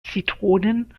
zitronen